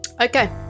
Okay